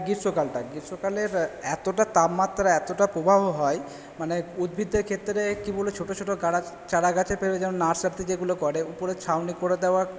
গ্রীষ্মকালটা গ্রীষ্মকালের এতোটা তাপমাত্রা এতটা প্রবাহ হয় মানে উদ্ভিদদের ক্ষেত্রে কী বলি ছোটো ছোটো চারা গাছের প্রয়োজন নার্সারিতে যেগুলো করে উপরের ছাউনি করে দেওয়া